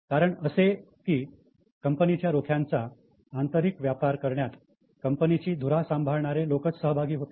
कारण असे की कंपनीच्या रोख्यांचा आंतरिक व्यापार करण्यात कंपनीची धुरा सांभाळणारे लोकच सहभागी होते